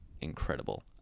incredible